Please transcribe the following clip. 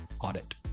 audit